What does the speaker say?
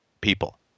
people